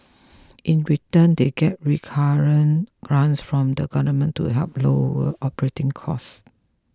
in return they get recurrent grants from the government to help lower operating costs